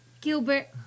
Gilbert